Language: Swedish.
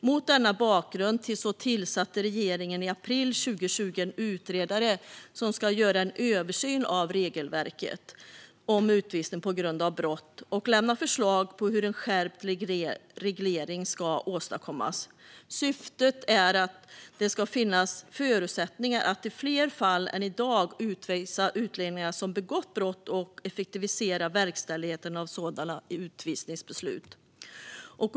Mot denna bakgrund tillsatte regeringen i april 2020 en utredare som ska göra en översyn av regelverket om utvisning på grund av brott och lämna förslag till hur en skärpt reglering ska åstadkommas. Syftet är att det ska finnas förutsättningar att i fler fall än i dag utvisa utlänningar som begått brott och effektivisera verkställigheten av sådana utvisningsbeslut.